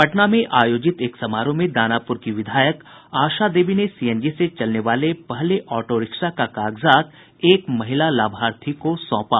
पटना में आयोजित एक समारोह में दानापुर की विधायक आशा देवी ने सीएनजी से चलने वाले पहले ऑटो रिक्शा का कागजात एक महिला लाभार्थी को सौंपा